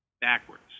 backwards